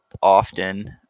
often